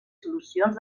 solucions